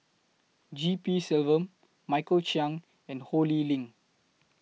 G P Selvam Michael Chiang and Ho Lee Ling